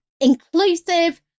inclusive